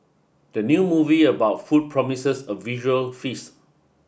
the new movie about food promises a visual feast